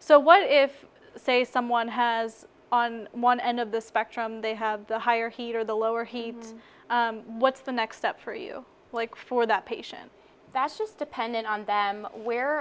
so what if say someone has on one end of the spectrum they have the higher heat or the lower he what's the next step for you like for that patient that's just dependent on them where